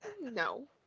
No